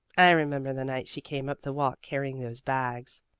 i remember the night she came up the walk, carrying those bags.